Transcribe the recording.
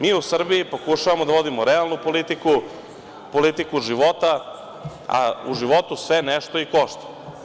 Mi u Srbiji pokušavamo da vodimo realnu politiku, politiku života, a u životu sve nešto i košta.